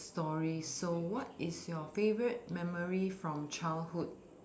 is story so what is your favorite memory from childhood